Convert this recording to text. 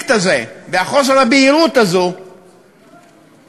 והקונפליקט הזה וחוסר הבהירות הזה מאפיינים